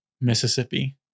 Mississippi